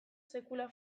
sekula